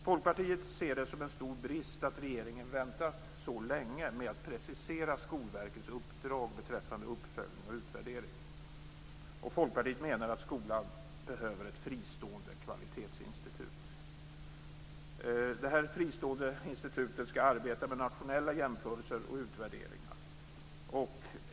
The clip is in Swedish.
Folkpartiet ser det som en stor brist att regeringen väntat så länge med att precisera Skolverkets uppdrag beträffande uppföljning och utvärdering. Folkpartiet menar att skolan behöver ett fristående kvalitetsinstitut. Detta institut skall arbeta med nationella jämförelser och utvärderingar.